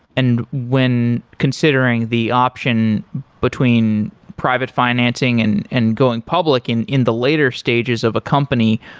and when considering the option between private financing and and going public in in the later stages of a company,